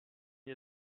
n’y